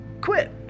quit